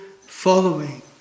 following